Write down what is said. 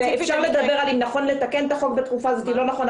אפשר לדבר על האם נכון לתקן את החוק בתקופה זו או לא נכון.